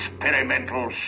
experimental